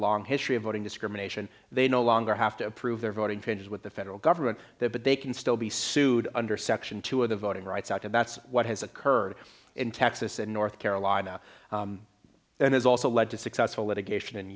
long history of voting discrimination they no longer have to prove their voting finished with the federal government there but they can still be sued under section two of the voting rights act and that's what has occurred in texas and north carolina and has also led to successful litigation